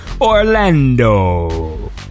orlando